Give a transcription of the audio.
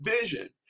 vision